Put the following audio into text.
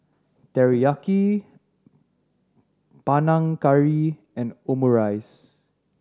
Teriyaki Panang Curry and Omurice